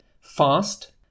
Fast